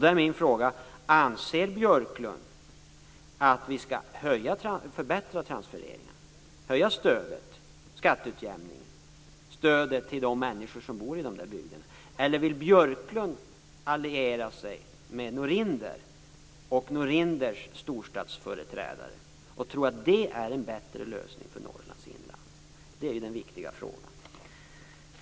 Då är min fråga: Anser Björklund att vi skall förbättra transfereringarna, höja stödet och öka skatteutjämningen för de människor som bor i dessa bygder, eller vill Björklund alliera sig med Norinder och Norinders storstadsföreträdare i tron att de har en bättre lösning för Norrlands inland? Det är den viktiga frågan.